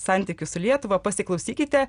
santykius su lietuva pasiklausykite